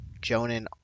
Jonan